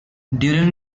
during